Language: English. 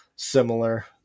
similar